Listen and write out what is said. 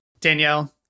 Danielle